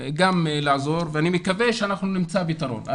לעזור ואני מקווה שאנחנו נמצא פתרון.